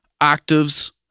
octaves